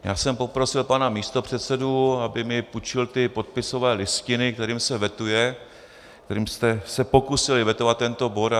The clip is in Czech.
Já jsem poprosil pana místopředsedu, aby mi půjčil podpisové listiny, kterými se vetuje, kterými jste se pokusili vetovat tento bod.